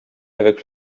avec